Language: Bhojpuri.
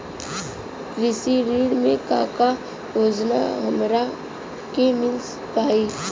कृषि ऋण मे का का योजना हमरा के मिल पाई?